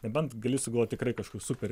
nebent gali sugalvot tikrai kažkokių super